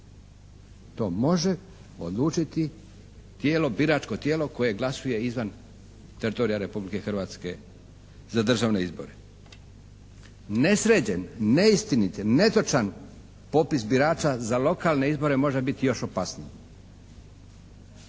To može odlučiti biračko tijelo, biračko tijelo koje glasuje izvan teritorija Republike Hrvatske za državne izbore. Nesređen, neistinit, netočan popis birača za lokalne izbore može biti još opasniji.